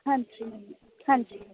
ਹਾਂਜੀ ਹਾਂਜੀ